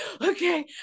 okay